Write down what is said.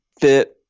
fit